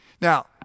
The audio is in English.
Now